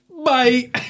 Bye